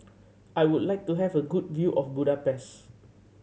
I would like to have a good view of Budapest